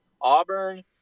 auburn